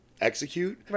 execute